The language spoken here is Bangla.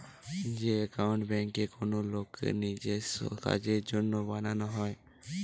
যে একাউন্ট বেঙ্কে কোনো লোকের নিজেস্য কাজের জন্য বানানো হয়